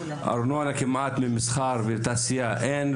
ארנונה כמעט ממסחר ותעשייה אין,